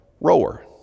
rower